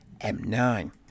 M9